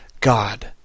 God